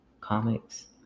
comics